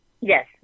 Yes